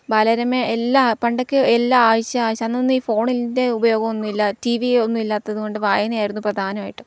ബലരമ എല്ലാ പണ്ടൊക്കെ എല്ലാ ആഴ്ച ആ അന്നൊന്നും ഈ ഫോണിൻ്റെ ഉപയോഗമൊന്നുമില്ല വിയൊന്നും ഇല്ലാത്തതുകൊണ്ട് വായനയായിരുന്നു പ്രധാനമായിട്ടും